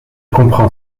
comprend